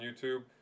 YouTube